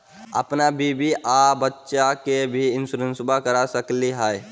अपन बीबी आ बच्चा के भी इंसोरेंसबा करा सकली हय?